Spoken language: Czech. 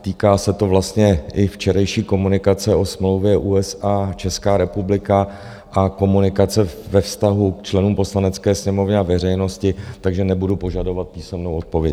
Týká se to vlastně i včerejší komunikace o smlouvě USA Česká republika a komunikace ve vztahu k členům Poslanecké sněmovny a veřejnosti, takže nebudu požadovat písemnou odpověď.